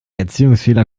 erziehungsfehler